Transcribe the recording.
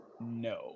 no